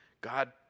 God